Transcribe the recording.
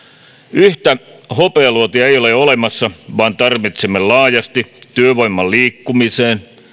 yhtä hopealuotia ei ole olemassa vaan tarvitsemme laajasti työvoiman liikkumiseen